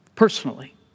personally